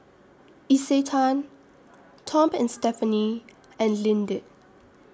Isetan Tom and Stephanie and Lindt